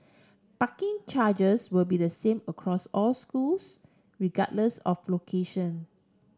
parking charges will be the same across all schools regardless of location